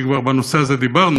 כי כבר בנושא הזה דיברנו,